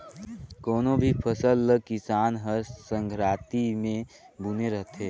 कोनो भी फसल ल किसान हर संघराती मे बूने रहथे